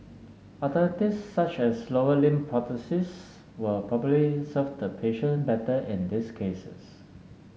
alternatives such as lower limb prosthesis will probably serve the patient better in these cases